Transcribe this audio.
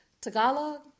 Tagalog